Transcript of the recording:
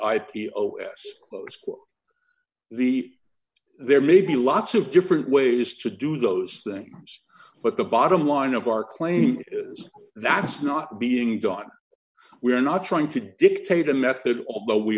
s the there may be lots of different ways to do those things but the bottom line of our claim is that it's not being done we're not trying to dictate a method although we